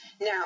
Now